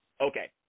Okay